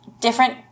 different